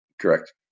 correct